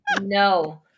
No